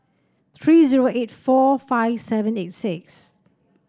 three zero eight four five seven eight six